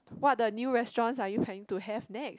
what're the new restaurants are you planning to have next